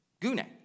gune